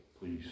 please